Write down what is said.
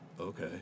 okay